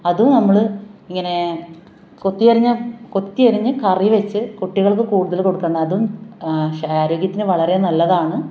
അത് നമ്മൾ ഇങ്ങനെ കൊത്തിയരിഞ്ഞ കൊത്തിയരിഞ്ഞ് കറി വെച്ച് കുട്ടികൾക്ക് കൂടുതൽ കൊടുക്കുന്നത് അതും ശ ആരോഗ്യത്തിനു വളരെ നല്ലതാണ്